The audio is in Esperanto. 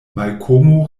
malkomo